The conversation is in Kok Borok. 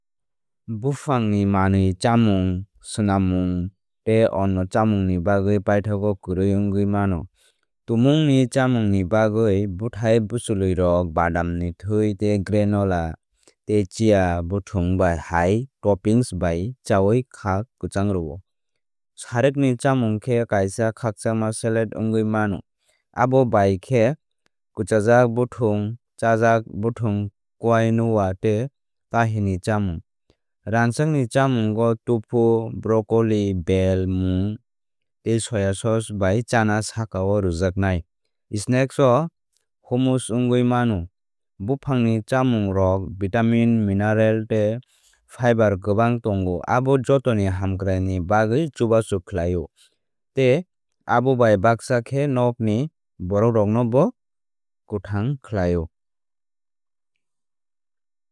Bwphang ni manui chamung swnammung tei onya chamungni bagwi paithago kwrwi wngwi mano. Tumungni chámungni bagwi bwthái bwchlwirok badamni thẃi tei granola tei chia bwthwng hai toppings bai cháui khá kwchang rwo. Sarikni chámung khe kaisa khakchangma salad wngwi mano abo bai khe kwchajak bwthwng chájak bwthwng quinoa tei tahini chámung. Rangchakni chámungo tofu brokoli bell mwng tei soya sos bai chána sakao rwjaknai. Snacks o hummus wngwi mano. Buphangni chamungrok vitamin mineral tei fiber kwbang tongo abo jotoni hamkraini bagwi chubachu khlaio. Tei abo bai baksa khe nokni borokroknobo kwthang khlaio.